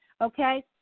okay